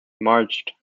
marched